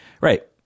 Right